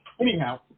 Anyhow